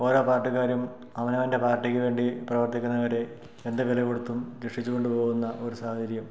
ഓരോ പാർട്ടിക്കാരും അവനവൻ്റെ പാർട്ടിക്കു വേണ്ടി പ്രവർത്തിക്കുന്നവരെ എന്തു വില കൊടുത്തും രക്ഷിച്ചു കൊണ്ടു പോകുന്ന ഒരു സാഹചര്യം